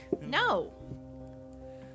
no